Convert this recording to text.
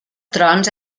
trons